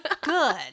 Good